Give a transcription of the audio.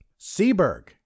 Seberg